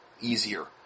easier